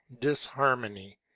disharmony